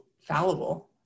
fallible